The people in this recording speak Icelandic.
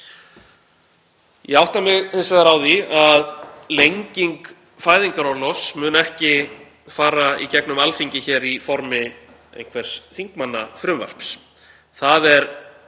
Ég átta mig hins vegar á því að lenging fæðingarorlofs mun ekki fara í gegnum Alþingi í formi einhvers þingmannafrumvarps. Það er